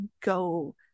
go